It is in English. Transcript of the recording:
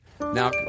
now